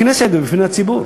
בכנסת ובפני הציבור.